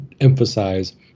emphasize